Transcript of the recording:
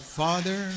father